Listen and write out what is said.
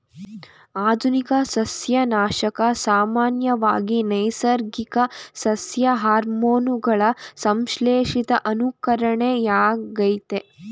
ಆಧುನಿಕ ಸಸ್ಯನಾಶಕ ಸಾಮಾನ್ಯವಾಗಿ ನೈಸರ್ಗಿಕ ಸಸ್ಯ ಹಾರ್ಮೋನುಗಳ ಸಂಶ್ಲೇಷಿತ ಅನುಕರಣೆಯಾಗಯ್ತೆ